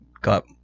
got